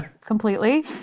Completely